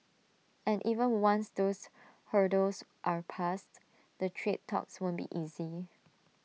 and even once those hurdles are passed the trade talks won't be easy